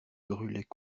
brûlait